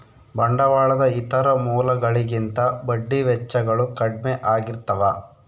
ಬಂಡವಾಳದ ಇತರ ಮೂಲಗಳಿಗಿಂತ ಬಡ್ಡಿ ವೆಚ್ಚಗಳು ಕಡ್ಮೆ ಆಗಿರ್ತವ